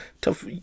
tough